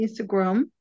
Instagram